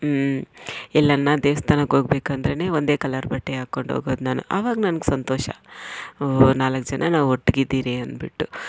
ಹ್ಞೂ ಎಲ್ಲಾನ ದೇವಸ್ಥಾನಕ್ಕೆ ಹೋಗ್ಬೇಕುಂತಾನೆ ಒಂದೇ ಕಲರ್ ಬಟ್ಟೆ ಹಾಕ್ಕೊಂಡು ಹೋಗೋದು ನಾನು ಅವಾಗ ನನ್ಗೆ ಸಂತೋಷ ನಾಲ್ಕು ಜನ ನಾವು ಒಟ್ಗೆ ಇದೀರಿ ಅಂದ್ಬಿಟ್ಟು